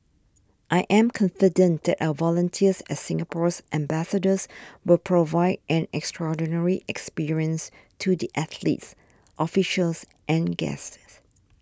I am confident that our volunteers as Singapore's ambassadors will provide an extraordinary experience to the athletes officials and guests